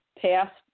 past